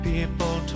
People